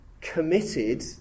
committed